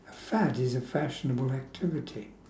fad is a fashionable activity